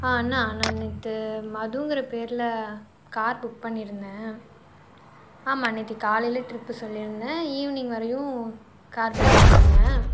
ஆ அண்ணா நான் நேற்று மதுங்கிற பேரில் கார் புக் பண்ணியிருந்தேன் ஆமாம் நேற்று காலையில் ட்ரிப் சொல்லியிருந்தேன் ஈவினிங் வரையும் கார் புக் பண்ணியிருந்தேன்